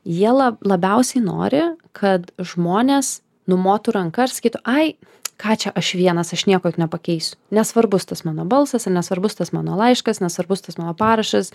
jie la labiausiai nori kad žmonės numotų ranka ir sakytų ai ką čia aš vienas aš nieko nepakeisiu nesvarbus tas mano balsas ir nesvarbus tas mano laiškas nesvarbus tas mano parašas